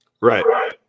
right